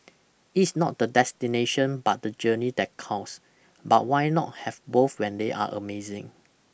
it's not the destination but the journey that counts but why not have both when they are amazing